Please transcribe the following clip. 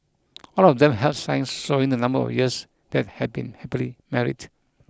all of them held signs showing the number of years they had been happily married